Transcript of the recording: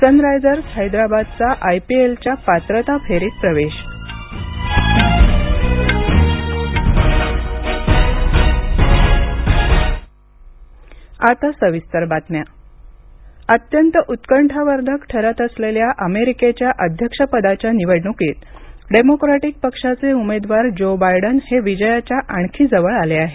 Sunrisers हैदराबादचा आयपीएलच्या पात्रता फेरीत प्रवेश अमेरीका निवडणक अत्यंत उत्कठावर्धक ठरत असलेल्या अमेरीकेच्या अध्यक्षपदाच्या निवडणूकीत डेमोक्रॅटिक पक्षाचे उमेदवार ज्यो बायडन हे विजयाच्या आणखी जवळ आले आहेत